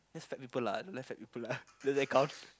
that's fat people lah I don't like fat people lah does that count